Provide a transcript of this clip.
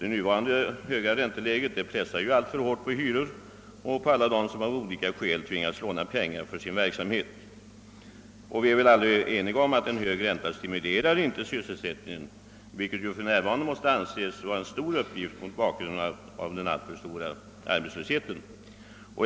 Den nuvarande höga räntan pressar hyrorna alltför hårt och är till nackdel för alla dem som av olika skäl tvingats låna pengar för sin verksamhet. Vi är väl alla överens om att en hög ränta inte stimurerar sysselsättningen, och att stimulera sysselsättningen måste för närvarande på grund av den alltför stora arbetslösheten anses vara en viktig uppgift.